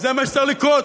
זה מה שצריך לקרות.